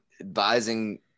advising